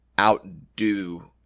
outdo